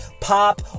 pop